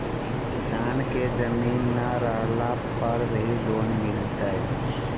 किसान के जमीन न रहला पर भी लोन मिलतइ?